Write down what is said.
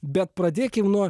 bet pradėkim nuo